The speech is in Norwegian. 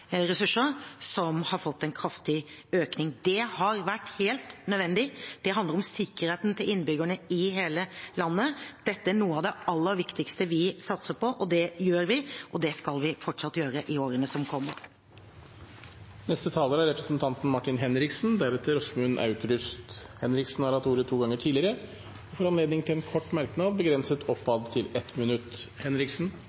som har fått en kraftig økning. Det har vært helt nødvendig. Det handler om sikkerheten til innbyggerne i hele landet. Dette er noe av det aller viktigste vi satser på. Det gjør vi, og det skal vi fortsatt gjøre i årene som kommer. Representanten Martin Henriksen har hatt ordet to ganger tidligere og får ordet til en kort merknad, begrenset